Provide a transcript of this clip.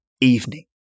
evening